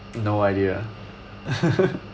no idea